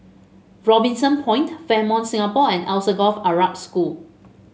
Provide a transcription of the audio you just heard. Robinson Point Fairmont Singapore and Alsagoff Arab School